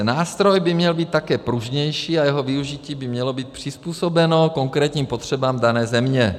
Nástroj by měl být také pružnější a jeho využití by mělo být přizpůsobeno konkrétním potřebám dané země.